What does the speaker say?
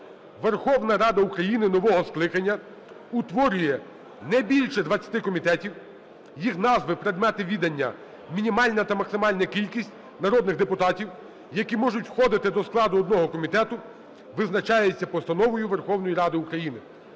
"…Верховна Рада України нового скликання утворює не більше 20 комітетів, їх назви, предмети відання, мінімальна та максимальна кількість народних депутатів, які можуть входити складу одного комітету, визначається постановою Верховної Ради України"